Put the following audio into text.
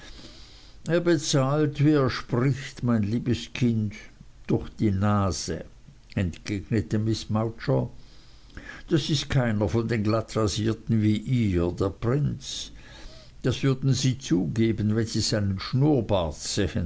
er bezahlt wie er spricht mein liebes kind durch die nase entgegnete miß mowcher das ist keiner von den glattrasierten wie ihr der prinz das würden sie zugeben wenn sie seinen schnurrbart